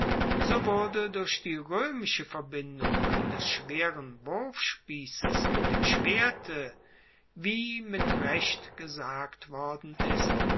so wurde durch die roemische verbindung des schweren wurfspiesses mit dem schwerte wie mit recht gesagt worden ist